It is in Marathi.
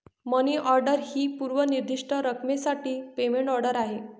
मनी ऑर्डर ही पूर्व निर्दिष्ट रकमेसाठी पेमेंट ऑर्डर आहे